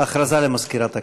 הודעה למזכירת הכנסת.